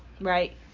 right